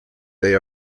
they